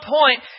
point